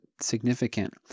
significant